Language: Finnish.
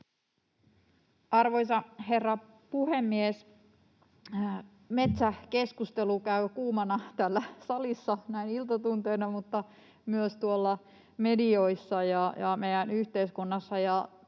Arvoisa herra puhemies! Metsäkeskustelu käy kuumana täällä salissa näin iltatunteina mutta myös tuolla medioissa ja meidän yhteiskunnassa,